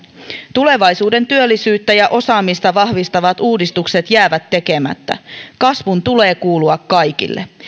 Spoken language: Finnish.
tulevaisuuden työllisyyttä ja osaamista vahvistavat uudistukset jäävät tekemättä kasvun tulee kuulua kaikille